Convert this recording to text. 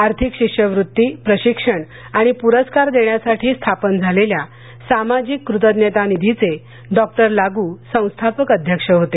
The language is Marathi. आर्थिक शिष्यवृत्ती प्रशिक्षण आणि पुरस्कार देण्यासाठी स्थापन झालेल्या सामाजिक कृतज्ञता निधीचे डॉक्टर लागू संस्थापक अध्यक्ष होते